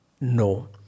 no